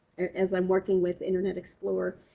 as i'm working with internet explorer.